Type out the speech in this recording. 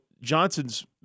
Johnson's